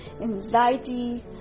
anxiety